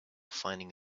finding